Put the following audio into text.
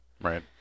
Right